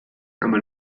einmal